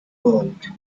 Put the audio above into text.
world